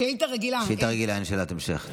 שאילתה רגילה, אין שאלת המשך.